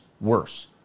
worse